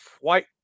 white